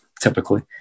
typically